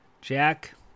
jack